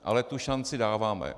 Ale tu šanci dáváme.